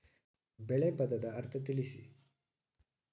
ಬೆಳೆ ಪದದ ಅರ್ಥ ತಿಳಿಸಿ?